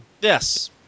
Yes